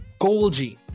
Golgi